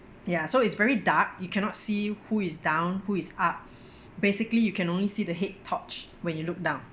ya so it's very dark you cannot see who is down who is up basically you can only see the head torch when you look down